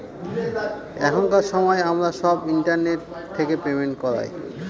এখনকার সময় আমরা সব ইন্টারনেট থেকে পেমেন্ট করায়